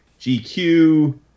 GQ